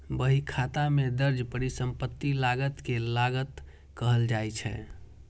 बहीखाता मे दर्ज परिसंपत्ति लागत कें लागत कहल जाइ छै